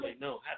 No